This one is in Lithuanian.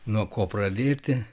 nuo ko pradėti